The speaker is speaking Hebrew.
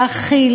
להכיל,